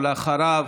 ואחריו,